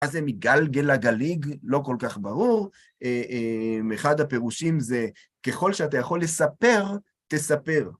מה זה מגלגלגליג? לא כל כך ברור. אחד הפירושים זה ככל שאתה יכול לספר, תספר.